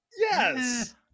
yes